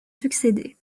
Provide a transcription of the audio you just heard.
succédé